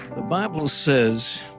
the bible says